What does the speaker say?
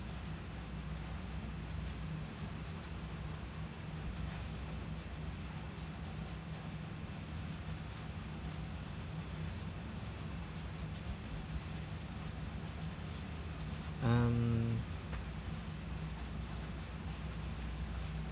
um